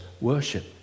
worship